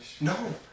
no